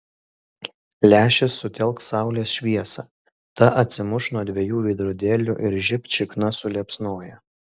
lęšis sutelks saulės šviesą ta atsimuš nuo dviejų veidrodėlių ir žibt šikna suliepsnoja